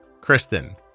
Kristen